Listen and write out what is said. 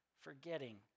forgetting